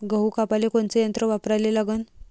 गहू कापाले कोनचं यंत्र वापराले लागन?